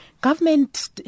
government